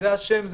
זה השם?